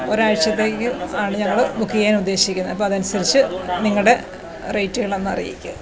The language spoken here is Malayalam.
ഒരാഴ്ച്ചത്തേക്ക് ആണ് ഞങ്ങൾ ബുക്ക് ചെയ്യാനുദ്ദേശിക്കുന്നത് അപ്പോൾ അത് അനുസരിച്ച് നിങ്ങളുടെ റെയിറ്റ്കളൊന്ന് അറിയിക്കുക